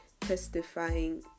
testifying